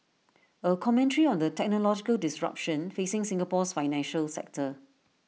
A commentary on the technological disruption facing Singapore's financial sector